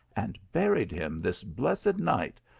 and buried him this blessed night,